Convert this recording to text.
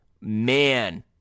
man